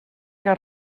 què